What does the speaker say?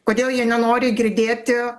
kodėl jie nenori girdėti